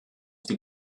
die